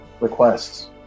requests